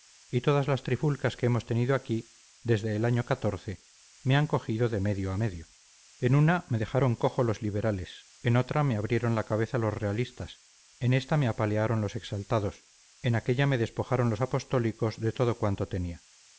y todas las trifulcas que hemos tenido aquí desde el año me han cogido de medio a medio en una me dejaron cojo los liberales en otra me abrieron la cabeza los realistas en esta me apalearon los exaltados en aquella me despojaron los apostólicos de todo cuanto tenía